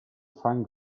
fine